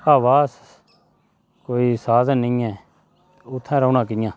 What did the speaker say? हवा कोई साधन निं ऐ उत्थै रौह्ना कि'यां ऐ